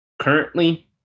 currently